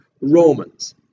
Romans